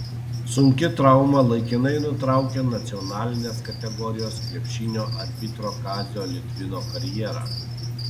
sunki trauma laikinai nutraukė nacionalinės kategorijos krepšinio arbitro kazio litvino karjerą